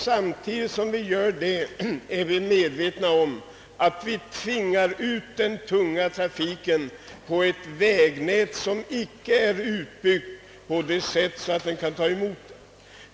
Samtidigt som vi gör det är vi ju medvetna om att vi tvingar ut den tunga trafiken på ett vägnät som icke är så utbyggt att det kan ta emot den.